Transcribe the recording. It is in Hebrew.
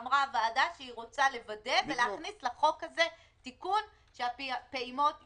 אמרה הוועדה שהיא רוצה לוודא ולהכניס לחוק הזה תיקון שהפעימות יוארכו.